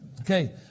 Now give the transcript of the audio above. Okay